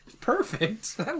perfect